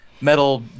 metal